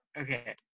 Okay